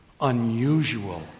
unusual